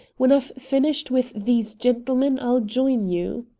when i've finished with these gentlemen, i'll join you.